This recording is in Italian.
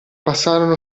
passarono